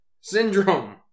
Syndrome